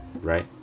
right